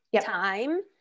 time